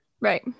Right